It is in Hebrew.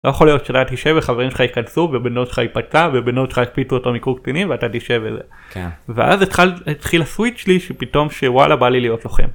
לא יכול להיות שאתה תישב וחברים שלך ייכנסו, ובן דוד שלך ייפצע, ובן דוד שלך יקפיצו אותו מקורס קצינים ואתה תישב וזה. כן. ואז התחיל הסוויץ שלי שפתאום... שוואלה בא לי להיות לוחם.